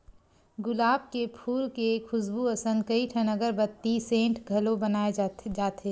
गुलाब के फूल के खुसबू असन कइठन अगरबत्ती, सेंट घलो बनाए जाथे